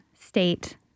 state